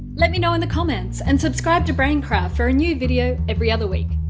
let me know in the comments, and subscribe to braincraft for a new video every other week.